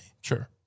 Sure